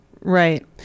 Right